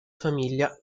famiglia